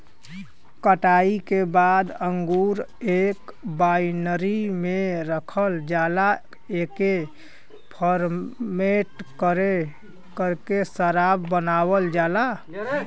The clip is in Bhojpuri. कटाई के बाद अंगूर एक बाइनरी में रखल जाला एके फरमेट करके शराब बनावल जाला